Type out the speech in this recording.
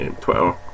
Twitter